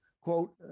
quote